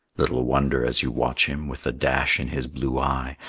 little wonder, as you watch him with the dash in his blue eye,